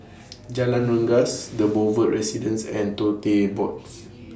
Jalan Rengas The Boulevard Residence and Tote Boards